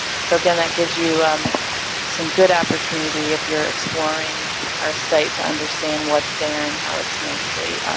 so again that gives you um some good opportunity if you're exploring our site to understand what's there and how its nicely